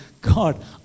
god